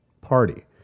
Party